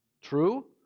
True